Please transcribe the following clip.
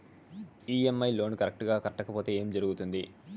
EMI loan correct గా కట్టకపోతే ఏం జరుగుతుంది